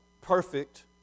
Perfect